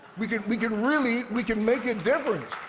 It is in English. we can we can really we can make a difference.